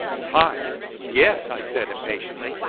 time! yes, i said impatiently.